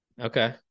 Okay